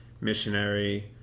missionary